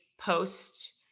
post